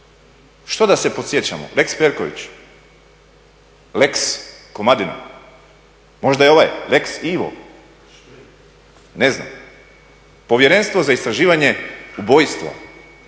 Što da se podsjećamo lex Perković, lex Komadina, možda i ovaj lex Ivo? Ne znam. Povjerenstvo za istraživanje ubojstva